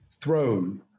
throne